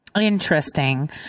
Interesting